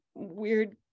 weird